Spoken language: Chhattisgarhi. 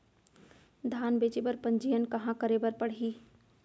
धान बेचे बर पंजीयन कहाँ करे बर पड़ही?